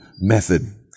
method